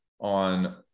on